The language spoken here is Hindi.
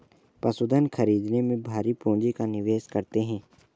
पशुधन खरीदने में भारी पूँजी का निवेश करते हैं